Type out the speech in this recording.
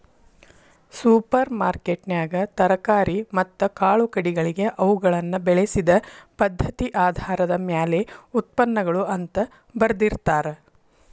super ಮಾರ್ಕೆಟ್ನ್ಯಾಗ ತರಕಾರಿ ಮತ್ತ ಕಾಳುಕಡಿಗಳಿಗೆ ಅವುಗಳನ್ನ ಬೆಳಿಸಿದ ಪದ್ಧತಿಆಧಾರದ ಮ್ಯಾಲೆ ಉತ್ಪನ್ನಗಳು ಅಂತ ಬರ್ದಿರ್ತಾರ